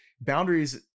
boundaries